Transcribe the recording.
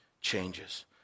changes